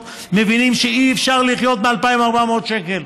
מבינים שאי-אפשר לחיות מ-2,400 שקלים,